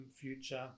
future